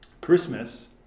Christmas